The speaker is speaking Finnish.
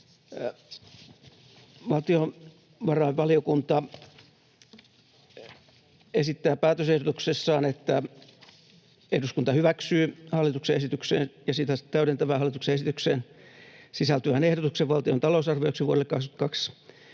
Valtiovarainvaliokunta esittää päätösehdotuksessaan, että eduskunta hyväksyy hallituksen esitykseen ja sitä täydentävään hallituksen esitykseen sisältyvän ehdotuksen valtion talousarvioksi vuodelle 22